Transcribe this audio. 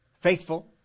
faithful